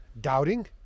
Doubting